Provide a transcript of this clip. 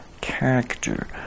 character